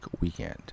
weekend